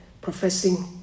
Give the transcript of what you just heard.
professing